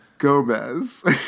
Gomez